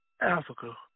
Africa